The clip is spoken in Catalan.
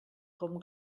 com